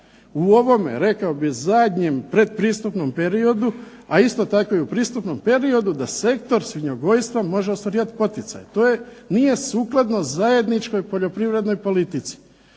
u ovome rekao bih zadnjem pretpristupnom periodu, a isto tako i u pristupnom periodu da sektor svinjogojstva može ostvarivati poticaj. To je, nije sukladno zajedničkoj poljoprivrednoj politici.